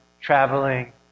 traveling